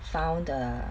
found a